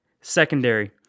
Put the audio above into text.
secondary